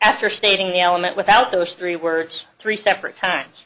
after stating the element without those three words three separate times